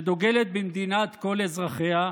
שדוגלת במדינת כל אזרחיה,